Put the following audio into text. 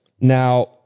Now